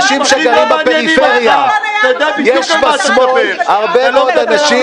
המתמחים לא מעניינים אותך ------- יש בשמאל אנשים